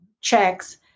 checks